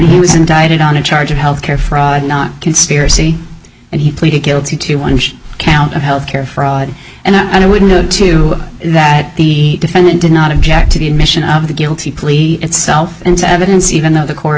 he was indicted on a charge of health care fraud not conspiracy and he pleaded guilty to one count of health care fraud and i would know too that the defendant did not object to the admission of the guilty plea itself into evidence even though the court